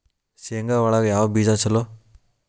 ಶೇಂಗಾ ಒಳಗ ಯಾವ ಬೇಜ ಛಲೋ?